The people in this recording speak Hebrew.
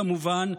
כמובן,